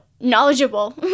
knowledgeable